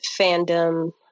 fandom